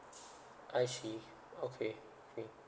I see okay okay